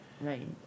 Right